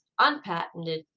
unpatented